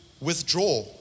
withdraw